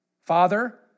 Father